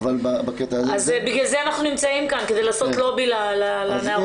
בגלל זה אנחנו נמצאים כאן, כדי לעשות לובי לנערות